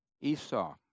Esau